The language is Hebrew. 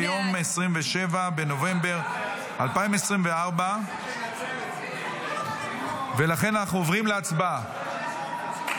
ביום 27 בנובמבר 2024. ולכן אנחנו עוברים להצבעה.